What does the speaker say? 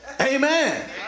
Amen